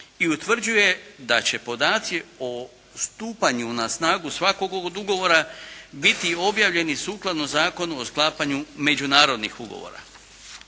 i utvrđuje da će podaci o stupanju na snagu svakog ovog ugovora biti objavljeni sukladno Zakonu o sklapanju međunarodnih ugovora.